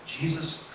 Jesus